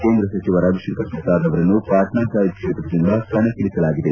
ಕೇಂದ್ರ ಸಚಿವ ರವಿಶಂಕರ್ ಪ್ರಸಾದ್ ಅವರನ್ನು ಪಾಟ್ನಾ ಸಾಹಿದ್ ಕ್ಷೇತ್ರದಿಂದ ಕಣ್ಳಳಿಸಲಾಗಿದೆ